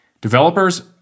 Developers